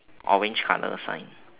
orange colour sign